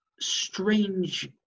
Strange